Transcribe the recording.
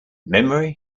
memory